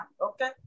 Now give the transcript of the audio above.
okay